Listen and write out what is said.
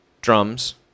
Drums